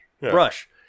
brush